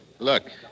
Look